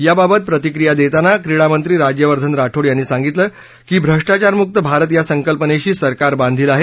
याबाबत प्रतिक्रिया देताना क्रीडामंत्री राज्यवर्धन राठोड यांनी सांगितलं की भ्रष्टाचारमुक भारत या संकल्पनेशी सरकार बांधील आहे